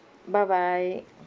bye bye